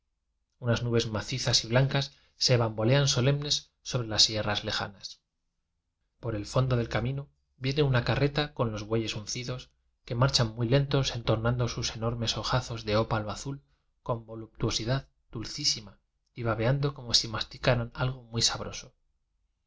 unas nubes macizas y blancas se bam bolean solemnes sobre las sierras lejanas por el fondo del camino viene una carre ta con los bueyes uncidos que marchan muy lentos entornando sus enormes ojazos de ópalo azul con voluptuosidad dulcísima y babeando como si masticaran algo muy sabroso